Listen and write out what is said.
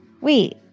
Wait